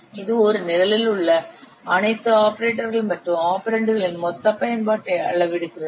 இது ஒரு நிரலில் உள்ள அனைத்து ஆபரேட்டர்கள் மற்றும் ஆபரெண்டுகளின் மொத்த பயன்பாட்டை அளவிடுகிறது